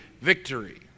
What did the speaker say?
victory